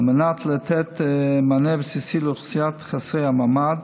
על מנת לתת מענה בסיסי לאוכלוסיית חסרי המעמד,